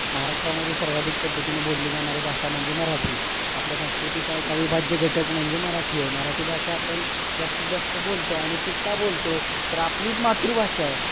महाराष्ट्रामध्ये सर्वाधिक पद्धतीने बोलली जाणारी भाषा म्हणजे मराठी आपल्या संस्कृतीचा एक अविभाज्य घटक म्हणजे मराठी आहे मराठी भाषा आपण जास्तीत जास्त बोलतो आणि ती का बोलतो तर आपली मातृभाषा आहे